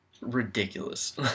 ridiculous